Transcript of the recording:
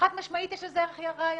חד משמעית יש לזה ערך ראייתי.